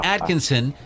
Atkinson